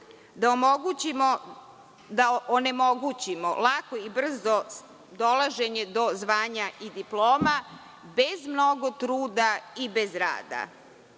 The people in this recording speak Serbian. da onemogućimo lako i brzo dolaženje do zvanja i diploma, bez mnogo truda i bez rada.